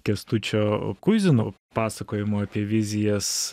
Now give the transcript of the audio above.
kęstučio kuizino pasakojimo apie vizijas